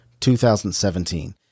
2017